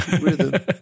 rhythm